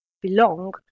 belong